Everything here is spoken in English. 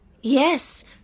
Yes